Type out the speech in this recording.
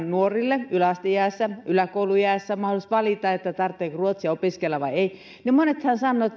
nuorille yläkouluiässä yläkouluiässä mahdollisuus valita tarvitseeko ruotsia opiskella vai ei niin monethan sanovat